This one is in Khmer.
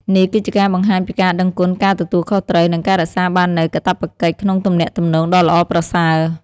នេះគឺជាការបង្ហាញពីការដឹងគុណ ការទទួលខុសត្រូវ និងការរក្សាបាននូវកាតព្វកិច្ចក្នុងទំនាក់ទំនងដ៏ល្អប្រសើរ។